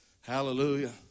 Hallelujah